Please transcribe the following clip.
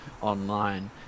online